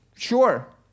Sure